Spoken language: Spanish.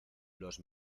los